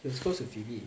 he was close to phoebe